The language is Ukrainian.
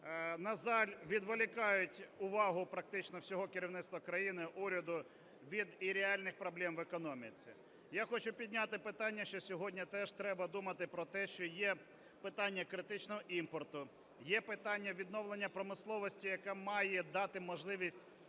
на жаль, відволікають увагу практично всього керівництва країни, уряду від реальних проблем в економіці. Я хочу підняти питання, що сьогодні теж треба думати про те, що є питання критичного імпорту, є питання відновлення промисловості, яка має дати можливість